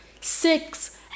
six